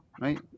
right